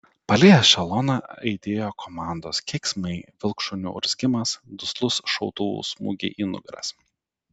palei ešeloną aidėjo komandos keiksmai vilkšunių urzgimas duslūs šautuvų smūgiai į nugaras